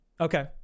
okay